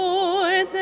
Lord